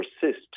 persist